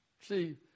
See